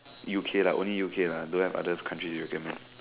U_K lah only U_K lah don't have other countries you recommend